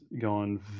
gone